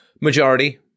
majority